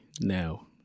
Now